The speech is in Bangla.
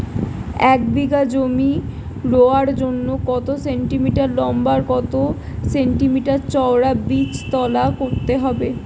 এক বিঘা জমি রোয়ার জন্য কত সেন্টিমিটার লম্বা আর কত সেন্টিমিটার চওড়া বীজতলা করতে হবে?